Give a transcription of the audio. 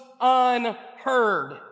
unheard